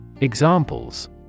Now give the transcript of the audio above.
Examples